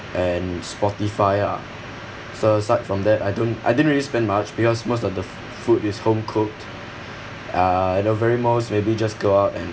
and Spotify lah so aside from that I don't I didn't really spend much because most of the f~ food is homecooked uh at the very most maybe just go out and